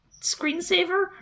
screensaver